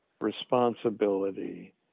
responsibility